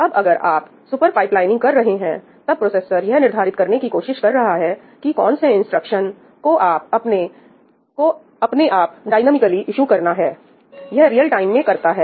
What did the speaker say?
अब अगर आप सुपर पाइपलाइनिंग कर रहे हैं तब प्रोसेसर यह निर्धारित करने की कोशिश कर रहा है कि कौन से इंस्ट्रक्शन को अपने आप डायनॉमिकली ईशु करना है यह रियल टाइम में करता है